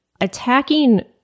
attacking